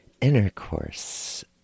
intercourse